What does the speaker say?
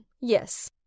yes